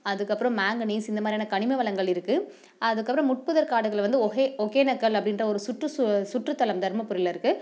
அதுக்கப்புறம் மேங்கனீஸ் இந்தமாதிரியான கனிம வளங்கள் இருக்குது அதுக்கப்புறம் முட்புதர் காடுகள் வந்து ஒகே ஒகேனக்கல் அப்படின்ற ஒரு சுற்று சு சுற்றுத்தலம் தர்மபுரியில் இருக்குது